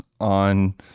on